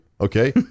Okay